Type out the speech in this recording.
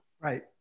right